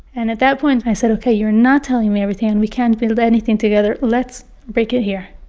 and at that point, i said, ok. you're not telling me everything, and we can't build anything together. let's break it here.